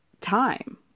time